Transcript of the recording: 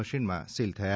મશીનમાં સીલ થયા